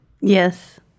Yes